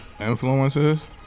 Influences